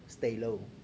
stagnant